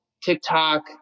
TikTok